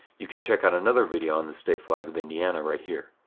you can check out another video on the state flag of indiana right here.